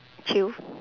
true